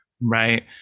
Right